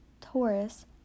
Taurus